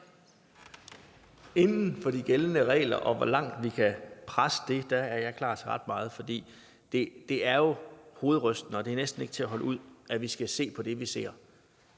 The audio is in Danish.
Inden for de gældende regler – og hvor langt vi kan presse dem – er jeg klar til ret meget. For det er jo hovedrystende, og det er næsten ikke til at holde ud, at vi skal se på det, vi ser.